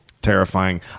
terrifying